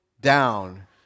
down